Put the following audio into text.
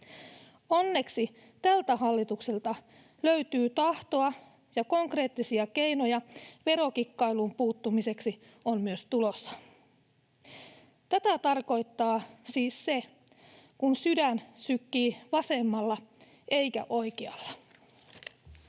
Onneksi tältä hallitukselta löytyy tahtoa, ja konkreettisia keinoja verokikkailuun puuttumiseksi on myös tulossa. Tätä tarkoittaa siis se, kun sydän sykkii vasemmalla eikä oikealla.